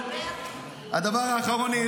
חברים,